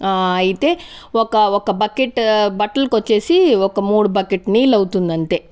అయితే ఒక ఒక్క బకెట్ బట్టలకొచ్చేసి ఒక మూడు బకెట్ నీళ్ళు అవుతుంది అంతే